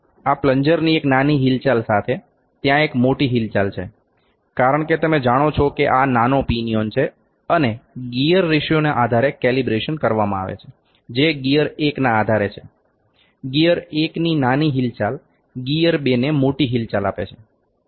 આ પ્લન્જરની એક નાની હિલચાલ સાથે ત્યાં એક મોટી હિલચાલ છે કારણ કે તમે જાણો છો કે આ નાનો પિનિઓન છે અને ગિયર રેશિયોના આધારે કેલિબ્રેશન કરવામાં આવે છે જે ગિયર 1 ના આધારે છે ગિઅર 1 ની નાની હિલચાલ ગિયર 2 ને મોટી હિલચાલ આપે છે